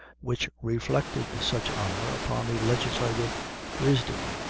which reflected such honor upon the legislative wisdom,